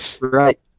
Right